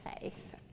faith